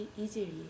easily